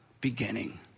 beginning